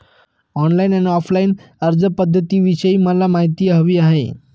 online आणि offline अर्जपध्दतींविषयी मला माहिती हवी आहे